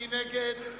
מי נגד?